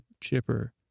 chipper